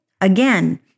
again